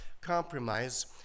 compromise